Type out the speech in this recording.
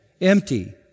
empty